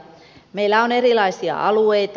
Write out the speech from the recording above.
meillä on erilaisia alueita